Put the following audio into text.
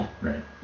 right